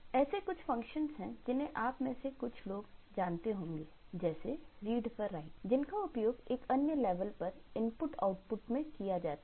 ऐसे कुछ फंक्शन है जिन्हें आप में से कुछ लोग जानते होंगे जैसे read व write जिनका उपयोग एक अन्य लेवल पर इनपुट आउटपुट में किया जाता है